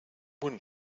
buen